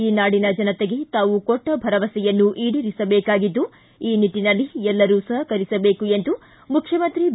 ಈ ನಾಡಿನ ಜನತೆಗೆ ತಾವು ಕೊಟ್ಟ ಭರವಸೆಯನ್ನು ಈಡೇರಿಸಬೇಕಾಗಿದ್ದು ಈ ನಿಟ್ಟಿನಲ್ಲಿ ಎಲ್ಲರೂ ಸಹಕರಿಸಬೇಕು ಎಂದು ಮುಖ್ಯಮಂತ್ರಿ ಬಿ